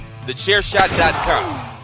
TheChairShot.com